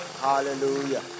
Hallelujah